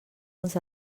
els